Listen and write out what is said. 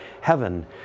heaven